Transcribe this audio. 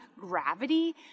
gravity